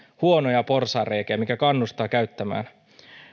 huonoja porsaanreikiä mikä kannustaa käyttämään